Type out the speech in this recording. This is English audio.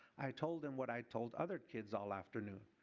i told him what i told other kids all afternoon.